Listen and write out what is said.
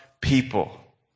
people